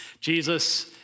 Jesus